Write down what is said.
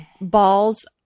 balls